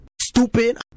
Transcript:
Stupid